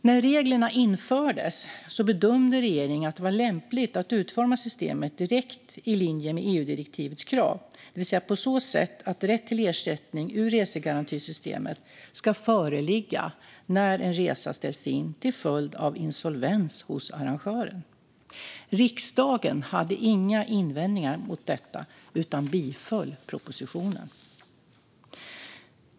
När reglerna infördes bedömde regeringen att det var lämpligt att utforma systemet i direkt linje med EU-direktivets krav, det vill säga på så sätt att rätt till ersättning ur resegarantisystemet ska föreligga när en resa ställs in till följd av insolvens hos arrangören. Riksdagen hade inga invändningar mot detta utan biföll propositionen.